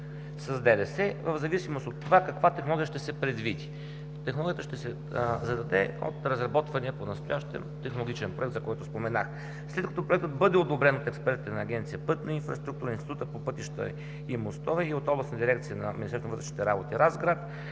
с ДДС, в зависимост от това каква технология ще се предвиди. Технологията ще се зададе от разработвания понастоящем технологичен проект, за който споменах. След като проектът бъде одобрен от експертите на Агенция „Пътна инфраструктура“, Института по пътища и мостове и от Областна дирекция на МВР – Разград,